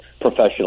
professional